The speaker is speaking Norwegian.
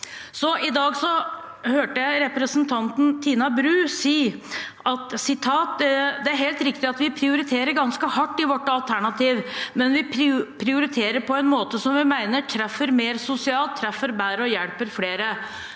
I dag hørte jeg representanten Tina Bru si: «Det er helt riktig at vi prioriterer ganske hardt i vårt alternativ, men vi prioriterer på en måte som vi mener treffer mer sosialt og treffer bedre og hjelper flere.»